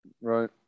right